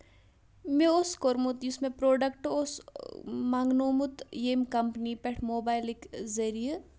مےٚ اوس کوٚرمُت یُس مےٚ پروڈکٹ اوس مگنومُت ییٚمہِ کَمپٔنۍ پٮ۪ٹھ موبایلٕکۍ ذٔریعہِ